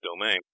domain